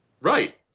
Right